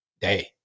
day